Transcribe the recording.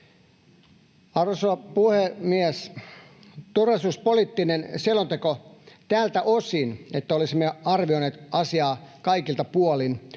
Arvoisa puhemies! Turvallisuuspoliittinen selonteko tältä osin, että olisimme arvioineet asiaa kaikilta puolin,